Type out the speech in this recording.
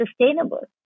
sustainable